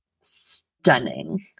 stunning